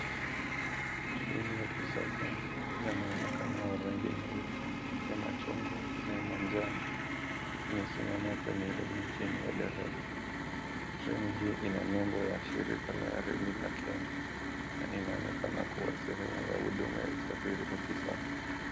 Treni ya kisasa yenye muonekano wa rangi nyeupe, ya machungwa na ya manjano imesimama kwenye reli chini ya daraja. Treni hii ina nembo ya shirika la reli la Kenya na inaonekana kuwa sehemu ya huduma ya usafiri wa kisasa.